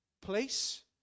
place